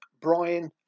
Brian